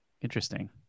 Interesting